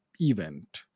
event